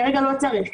כרגע לא צריך.